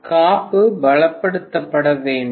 காப்பு பலப்படுத்தப்பட வேண்டும்